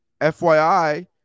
FYI